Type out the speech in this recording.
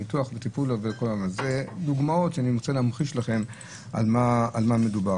אלה דוגמאות שאני רוצה להמחיש על ידן על מה מדובר.